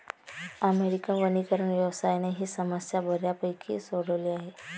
American वनीकरण व्यवसायाने ही समस्या बऱ्यापैकी सोडवली आहे